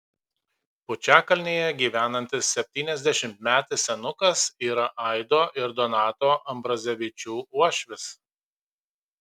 pučiakalnėje gyvenantis septyniasdešimtmetis senukas yra aido ir donato ambrazevičių uošvis